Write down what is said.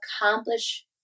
accomplish